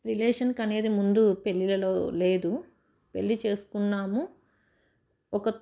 relation అనేది ముందు పెళ్ళిళ్లలో లేదు పెళ్ళి చేసుకున్నాము ఒక